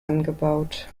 angebaut